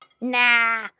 Nah